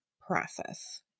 process